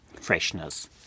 freshness